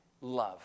love